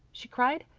she cried.